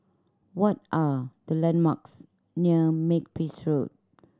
what are the landmarks near Makepeace Road